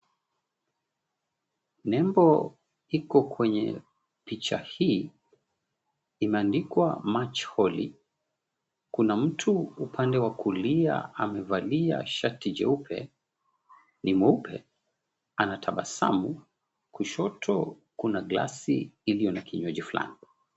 Nembo iko kwenye picha hii imeandikwa, March Holy . Kuna mtu upande wa kulia amevalia shati jeupe, ni mweupe anatabasamu. Kushoto kuna glasi iliyo na kinywaji fulani.